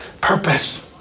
Purpose